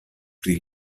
pli